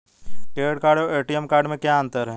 Credit card और ATM card में क्या अंतर है?